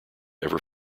ever